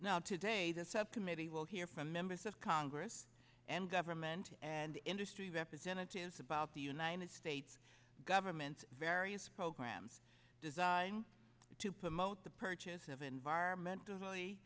now today the subcommittee will hear from members of congress and government and industry representatives about the united states government's various programs designed to promote the purchase of environmental